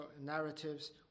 narratives